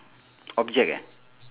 object eh